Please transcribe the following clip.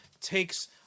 takes